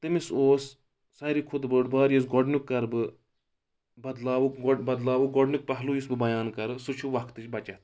تٔمِس اوس ساروی کھۄتہٕ بٔڑ بار یُس گۄڈنیُک کَرٕ بہٕ بدلاوُک بدلاوُک گۄڈنیُک پہلو یُس بہٕ بیان کَرٕ سُہ چھُ وقتٕچ بَچتھ